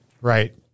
Right